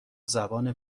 زبان